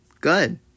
good